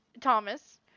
Thomas